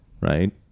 Right